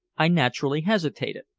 i naturally hesitated.